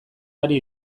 ari